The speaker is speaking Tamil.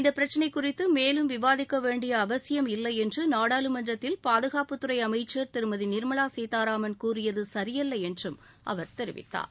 இந்தப்பிரச்னை குறித்து மேலும் விவாதிக்க வேண்டிய அவசியம் இல்லை என்று நாடாளுமன்றத்தில் பாதுகாப்புத்துறை அமைச்சர் திருமதி நிர்மவா சீத்தாராமன் கூறியது சரியல்ல என்றும் அவர் தெரிவித்தார்